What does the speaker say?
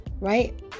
right